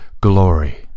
glory